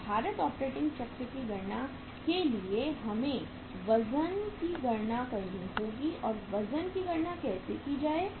तो भारित ऑपरेटिंग चक्र की गणना के लिए हमें वज़न की गणना करनी होगी तो वज़न की गणना कैसे की जाए